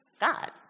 God